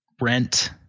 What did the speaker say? rent